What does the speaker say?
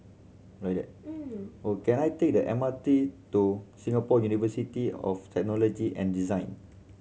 ready can I take the M R T to Singapore University of Technology and Design